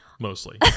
Mostly